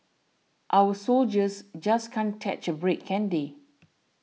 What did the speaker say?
our soldiers just can't catch a break can't they